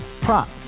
prop